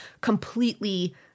completely